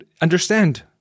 understand